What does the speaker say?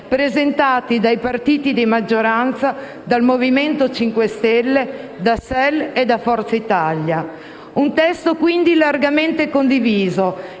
presentati dai partiti di maggioranza, dal M5S, da SEL e da FI. Un testo quindi largamente condiviso,